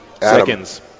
Seconds